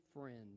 friends